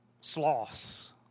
Sloths